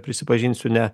prisipažinsiu ne